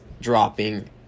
dropping